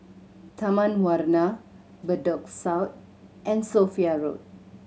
Taman Warna Bedok South and Sophia Road